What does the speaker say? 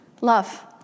Love